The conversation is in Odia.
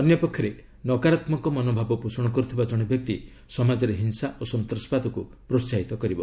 ଅନ୍ୟପକ୍ଷରେ ନକାରାତ୍ମକ ମନୋଭାବ ପୋଷଣ କରୁଥିବା ଜଣେ ବ୍ୟକ୍ତି ସମାଜରେ ହିଂସା ଓ ସନ୍ତାସବାଦକୁ ପ୍ରୋହାହିତ କରିବ